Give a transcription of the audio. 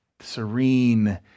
serene